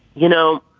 you know